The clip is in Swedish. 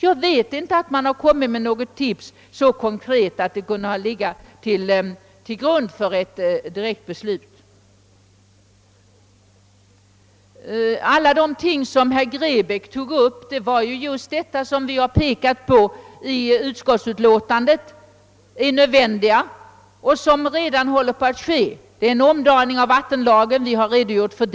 Jag kan inte erinra mig att man kommit med något så konkret tips att det kunnat ligga till grund för direkta beslut i kammaren. Allt som t.ex. herr Grebäck tog upp var sådant som vi i utskottsutlåtandet framhållit som nödvändigt men som redan håller på att undersökas eller genomföras.